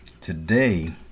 Today